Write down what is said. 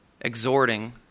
exhorting